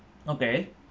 okay